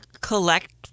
collect